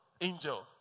angels